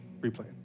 Replay